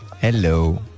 Hello